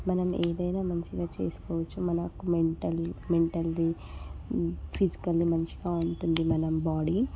మనం ఏదైనా మంచిగా చేసుకొవచ్చు మనకు మెంటల్లీ మెంటల్లీ ఫిజికల్లీ మంచిగా ఉంటుంది మన బాడీ